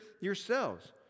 yourselves